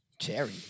Cherry